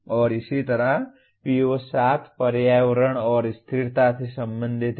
और इसी तरह PO7 पर्यावरण और स्थिरता से संबंधित है